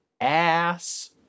ass